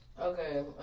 Okay